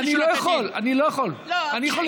לא, אני לא יכול, אני לא יכול.